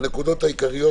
זה בינארי,